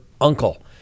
uncle